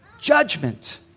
judgment